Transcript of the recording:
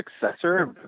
successor